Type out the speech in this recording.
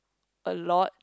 a lot